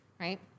right